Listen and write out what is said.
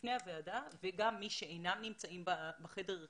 בפני הוועדה וגם בפני מי שאינם נמצאים בדיון כרגע,